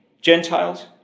Gentiles